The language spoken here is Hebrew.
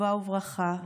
טובה וברכה,